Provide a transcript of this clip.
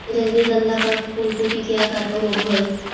रजनीगंधा का फूल कूपी के आकार के होवे हई